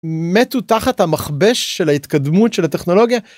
מתו תחת המכבש של ההתקדמות של הטכנולוגיה.